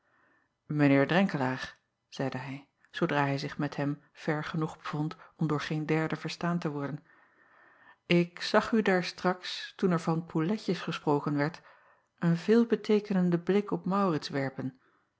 eer renkelaer zeide hij zoodra hij zich met hem ver genoeg bevond om door geen derde verstaan te worden ik zag u daar straks toen er van pouletjes gesproken werd een veelbeteekenenden blik op aurits werpen